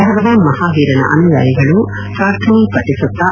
ಭಗವಾನ್ ಮಹಾವೀರನ ಅನುಯಾಯಿಗಳು ಪ್ರಾರ್ಥನೆ ಪಠಿಸುತ್ತಾ